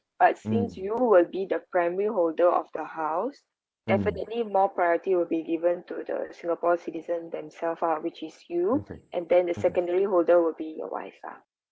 but since you will be the primary holder of the house definitely more priority will be given to the singapore citizen themselves ah which is you and then the secondary holder will be your wife ah